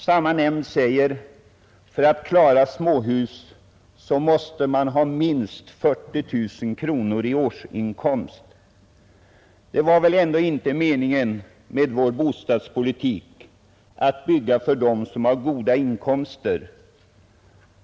Samma nämnd säger att för att klara ett småhus måste man ha minst 40 000 kronor i årsinkomst. Det var väl ändå inte meningen med vår bostadspolitik att bygga för dem som har goda inkomster.